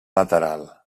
lateral